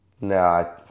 no